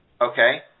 Okay